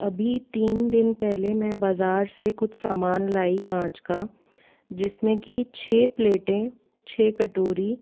अभी तीन दिन पहले मैं बाज़ार से कुछ सामान लाई कांच का जिसमें कि छः प्लेटें छः कटोरी